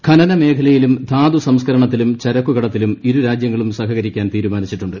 ഖനന മേഖലയിലും ധാതു സംസ്കരണത്തിലും ചരക്ക് കടത്തിലും ഇരു രാജ്യങ്ങളും സഹകരിക്കാൻ തീരുമാനിച്ചിട്ടുണ്ട്